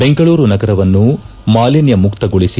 ಬೆಂಗಳೂರು ನಗರವನ್ನು ಮಾಲಿನ್ಯಮುಕ್ತಗೊಳಿಸಿ